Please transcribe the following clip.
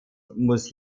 muss